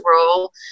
role